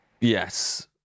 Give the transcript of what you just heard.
Yes